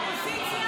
הסתייגות 10